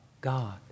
God